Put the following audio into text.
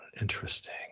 interesting